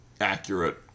accurate